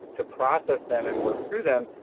to process them and work through them,